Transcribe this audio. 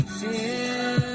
feel